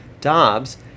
Dobbs